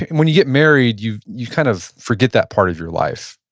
and when you get married you you kind of forget that part of your life.